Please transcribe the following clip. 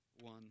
one